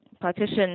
partition